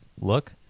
look